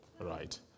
right